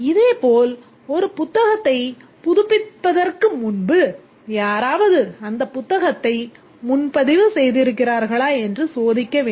இதேபோல் ஒரு புத்தகத்தை புதுப்பிப்பதற்கு முன்பு யாராவது அந்த புத்தகத்தை முன்பதிவு செய்திருக்கிறார்களா என்று சோதிக்க வேண்டும்